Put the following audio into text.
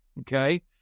Okay